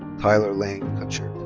tyler lane cutcher.